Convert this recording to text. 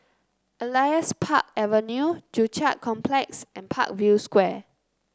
Elias Park Avenue Joo Chiat Complex and Parkview Square